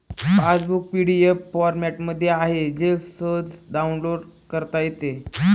passbook PDF फॉरमॅटमध्ये आहे जे सहज डाउनलोड करता येते